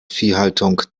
viehhaltung